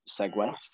segue